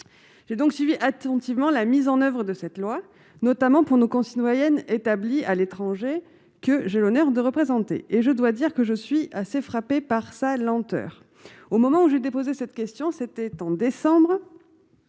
j'ai donc suivi attentivement la mise en oeuvre de cette loi, notamment pour nos concitoyens établis à l'étranger que j'ai l'honneur de représenter et je dois dire que je suis assez frappé par sa lenteur, au moment où j'ai déposé cette question, c'était en décembre